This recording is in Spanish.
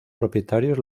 propietarios